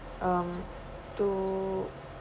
um to